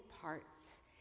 parts